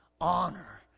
honor